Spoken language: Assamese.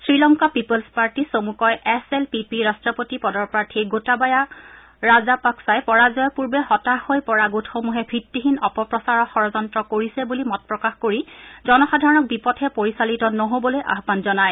শ্ৰীলংকা পিপুল্ছ পাৰ্টী চমুকৈ এছ এল পি পি ৰাট্টপতি পদৰ প্ৰাৰ্থী গোটাবায়া ৰাজাপাক্ছাই পৰাজয়ৰ পূৰ্বে হতাশ হৈ পৰা গোটসমূহে ভিত্তিহীন অপপ্ৰচাৰৰ ষড়যন্ত্ৰ কৰিছে বুলি মত প্ৰকাশ কৰি জনসাধাৰণক বিপথে পৰিচালিত নহ'বলৈ আহান জনায়